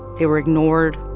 they were ignored,